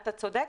אתה צודק,